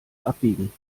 abbiegen